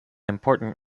important